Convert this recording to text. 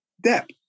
depth